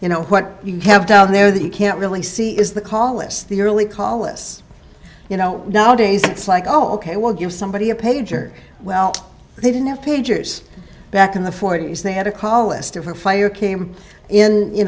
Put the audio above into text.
you know what you have down there that you can't really see is the call it's the early colace you know nowadays it's like oh ok well give somebody a pager well they didn't have pagers back in the forty's they had a call a stiffer fire came in you